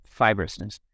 fibrousness